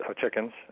chickens